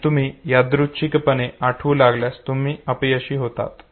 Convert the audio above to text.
आणि तुम्ही यादृच्छिकपणे आठवू लागल्यास तुम्ही अपयशी होतात